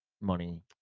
money